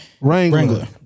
Wrangler